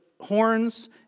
horns